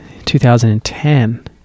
2010